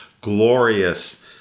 glorious